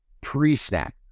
pre-snap